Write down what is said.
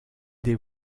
des